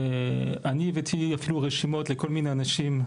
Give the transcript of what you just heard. אני הבאתי אפילו רשימות לכל מיני אנשים,